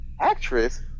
actress